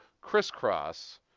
crisscross